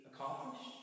accomplished